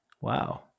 Wow